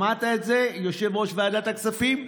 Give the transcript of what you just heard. שמעת את זה, יושב-ראש ועדת הכספים?